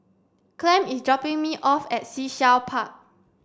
Clem is dropping me off at Sea Shell Park